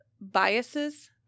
biases